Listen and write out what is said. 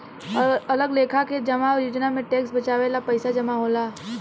अलग लेखा के जमा योजना में टैक्स बचावे ला पईसा जमा होला